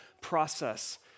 process